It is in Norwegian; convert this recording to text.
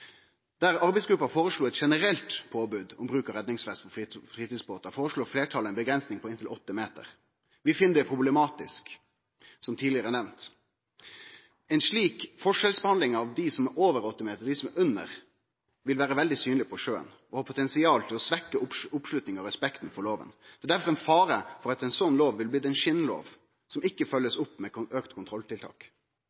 Der arbeidsgruppa føreslo eit generelt påbod om bruk av redningsvest på fritidsbåtar, føreslår fleirtalet å avgrense det til fritidsbåtar på «inntil 8 meter». Vi finn det problematisk, som tidlegare nemnt. Ei slik forskjellsbehandling av dei fritidsbåtane som er på over 8 meter, og dei fritidsbåtane som er på under 8 meter, vil vere veldig synleg på sjøen og har potensial til å svekkje oppslutninga om og respekten for loven. Det er difor fare for at ein slik lov ville blitt ein skinnlov, som ikkje